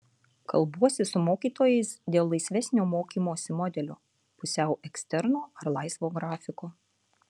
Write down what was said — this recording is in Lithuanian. kalbuosi su mokytojais dėl laisvesnio mokymosi modelio pusiau eksterno ar laisvo grafiko